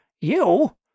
You